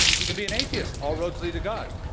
you can be an atheist all roads lead to god.